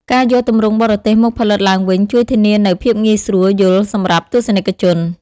ការយកទម្រង់បរទេសមកផលិតឡើងវិញជួយធានានូវ ភាពងាយស្រួលយល់ សម្រាប់ទស្សនិកជន។